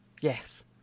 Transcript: Yes